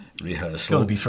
Rehearsal